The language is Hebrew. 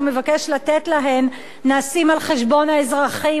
מבקש לתת להן נעשים על חשבון האזרחים,